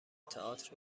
تئاتر